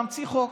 להמציא חוק.